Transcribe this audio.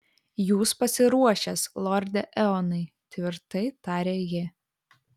jūs pasiruošęs lorde eonai tvirtai tarė ji